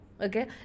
okay